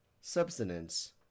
Substance